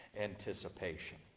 anticipation